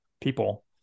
people